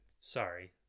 Sorry